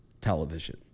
television